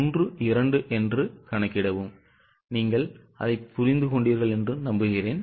12 என்று கணக்கிடவும் நீங்கள் அதை புரிந்து கொண்டீர்களா